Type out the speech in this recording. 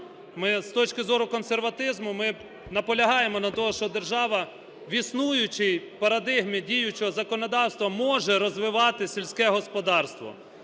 Ми з точки зору консерватизму, ми наполягаємо на тому, що держава в існуючій парадигмі діючого законодавства може розвивати сільське господарство,